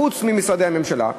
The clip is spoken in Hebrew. חוץ ממשרדי הממשלה: